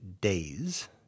days